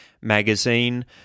magazine